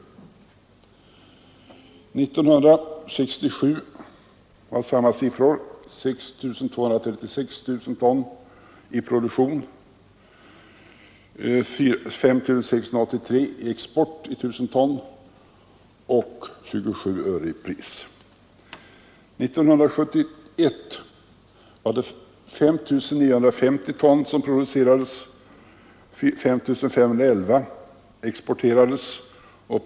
År 1967 var samma siffror 6 236 000 ton i produktion, varav 5 683 000 ton exporterades. Priset var då 27 öre. År 1971 producerades 5 950 000 ton och exporterades 5 511 000 ton.